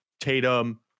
Tatum